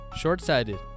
short-sighted